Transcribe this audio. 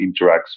interacts